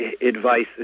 advice